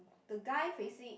the guy facing